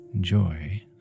joy